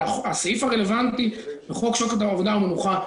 הרי הסעיף הרלוונטי בחוק שעות עבודה ומנוחה,